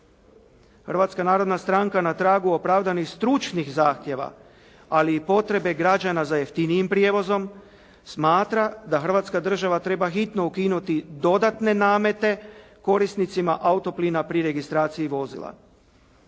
Hrvatska narodna stranka na tragu opravdanih stručnih zahtjeva ali i potrebe građana za jeftinijim prijevozom smatra da Hrvatska država treba hitno ukinuti dodatne namete korisnicima autoplina pri registraciji vozila.